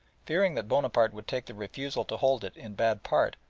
fearing that bonaparte would take the refusal to hold it in bad part,